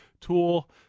Tool